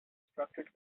structured